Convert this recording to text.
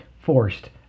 forced